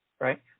right